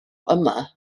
yma